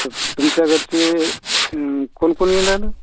तुमच्या घरचे कोन कोन येनारे